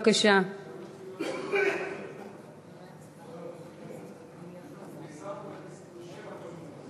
ההצעה להעביר את הצעת חוק התפזרות הכנסת התשע-עשרה,